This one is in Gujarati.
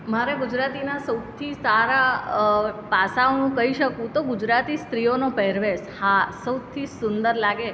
મારે ગુજરાતીના સૌથી સારા પાસાઓ હું કહી શકું તો ગુજરાતી સ્ત્રીઓનો પહેરવેશ હા સૌથી સુંદર લાગે